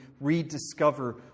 rediscover